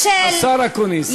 השר אקוניס.